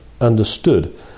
understood